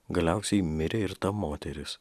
galiausiai mirė ir ta moteris